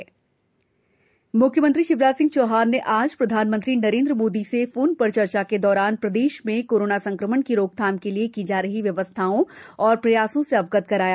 प्रदेश corona म्ख्यमंत्री शिवराज सिंह चौहान ने आज प्रधानमंत्री नरेन्द्र मोदी से फोन पर चर्चा के दौरान प्रदेश में कोरोना संक्रमण की रोकथाम के लिए की जा रही व्यवस्थाओं एवं प्रयासों से अवगत कराया